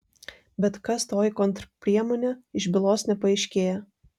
bet kas toji kontrpriemonė iš bylos nepaaiškėja